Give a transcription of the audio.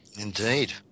Indeed